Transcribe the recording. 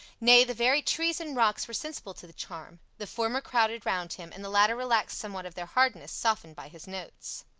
nay, the very trees and rocks were sensible to the charm. the former crowded round him and the latter relaxed somewhat of their hardness, softened by his notes.